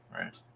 right